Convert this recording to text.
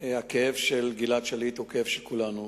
הכאב של גלעד שליט הוא כאב של כולנו,